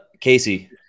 Casey